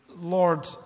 Lord